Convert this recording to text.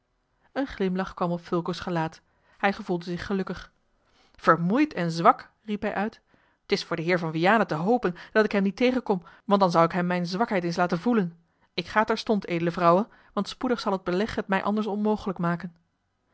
een glimlach kwam op fulco's gelaat hij gevoelde zich gelukkig vermoeid en zwak riep hij uit t is voor den heer van vianen te hopen dat ik hem niet tegenkom want dan zou ik hem mijne zwakheid eens laten voelen ik ga terstond edele vrouwe want spoedig zal het beleg het mij anders onmogelijk maken